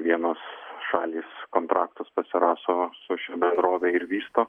vienos šalys kontraktus pasirašo su šia bendrove ir vysto